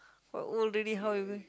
what old already how you going